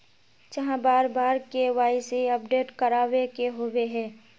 चाँह बार बार के.वाई.सी अपडेट करावे के होबे है?